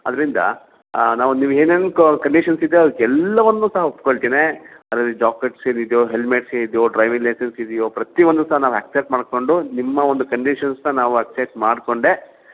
ಅದರಿಂದ ನಾವು ನೀವು ಏನೇನು ಕಂಡಿಷನ್ಸ್ ಇದೆ ಅದಕ್ಕೆಲ್ಲವನ್ನೂ ಸಹ ಒಪ್ಕೋಳ್ತಿನಿ ಅದರಲ್ಲಿ ಏನಿದೆಯೋ ಹೆಲ್ಮೆಟ್ಸ್ ಏನಿದೆಯೋ ಡ್ರೈವಿಂಗ್ ಲೈಸೆನ್ಸ್ ಇದೆಯೋ ಪ್ರತಿ ಒಂದು ಸಹ ನಾವು ಅಕ್ಸೆಪ್ಟ್ ಮಾಡಿಕೊಂಡು ನಿಮ್ಮ ಒಂದು ಕಂಡೀಷನ್ಸನ್ನ ನಾವು ಅಕ್ಸೆಪ್ಟ್ ಮಾಡಿಕೊಂಡೇ